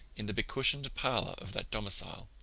in the becushioned parlor of that domicile.